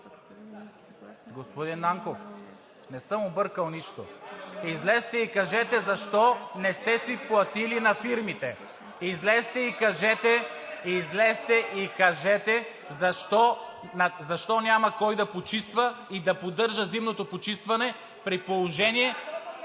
Господин Нанков, не съм объркал нищо. Излезте и кажете защо не сте си платили на фирмите! Излезте и кажете защо няма кой да почиства и да поддържа зимното почистване, при положение…